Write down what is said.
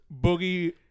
boogie